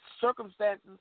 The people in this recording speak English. circumstances